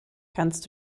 kannst